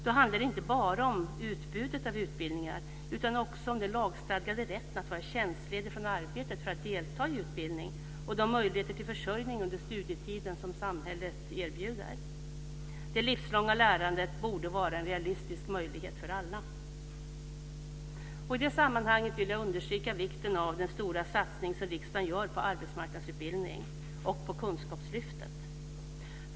Då handlar det inte bara om utbudet av utbildningar, utan också om den lagstadgade rätten att vara tjänstledig från arbetet för att delta i utbildning och de möjligheter till försörjning under studietiden som samhället erbjuder. Det livslånga lärandet borde vara en realistisk möjlighet för alla. I det sammanhanget vill jag understryka vikten av den stora satsning som riksdagen gör på arbetsmarknadsutbildning och på Kunskapslyftet.